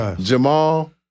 Jamal